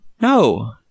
No